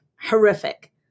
horrific